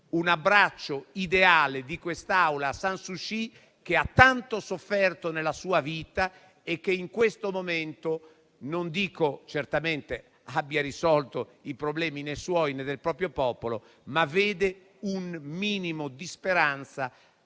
un abbraccio ideale di quest'Aula va a San Suu Kyi, che ha tanto sofferto nella sua vita e che in questo momento, non dico abbia risolto i problemi suoi o del proprio popolo, ma vede un minimo di speranza